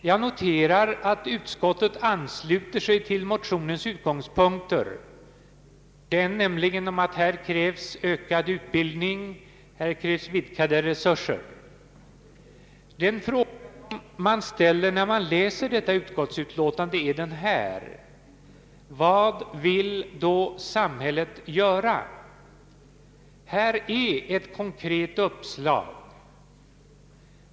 Jag noterar att utskottet ansluter sig till motionernas utgångspunkter om att här krävs ökad utbildning och vidgade resurser. Den fråga man ställer när man läser detta utskottsutlåtande är denna: Vad vill då samhället göra? Här är ett konkret uppslag.